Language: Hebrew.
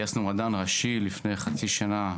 גייסנו מדען ראשי לפני חצי שנה,